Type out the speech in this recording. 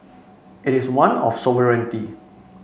it is one of sovereignty